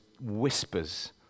whispers